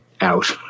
out